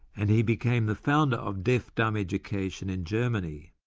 and he became the founder of deaf dumb education in germany.